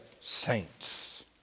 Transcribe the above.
saints